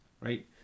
right